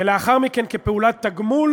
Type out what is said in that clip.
ולאחר מכן, כפעולת תגמול,